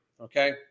okay